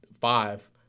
five